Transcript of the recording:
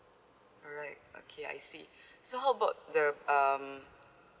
alright okay I see so how about the um